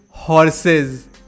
Horses